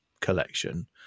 collection